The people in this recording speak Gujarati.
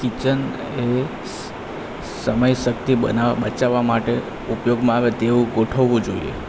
કિચન એ સમય શક્તિ બચાવવા માટે ઉપયોગમાં આવે તેવું ગોઠવવું જોઈએ